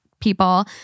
people